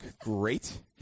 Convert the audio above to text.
great